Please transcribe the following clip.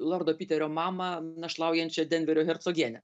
lordo piterio mamą našlaujančią denverio hercogienę